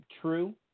true